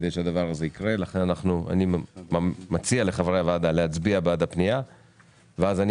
לכן אני מציע לחברי הוועדה להצביע בעד הפנייה ואז אני